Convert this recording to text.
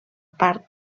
part